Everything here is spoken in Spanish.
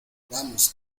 vamos